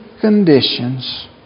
conditions